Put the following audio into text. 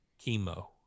chemo